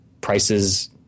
Prices